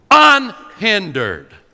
Unhindered